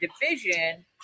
division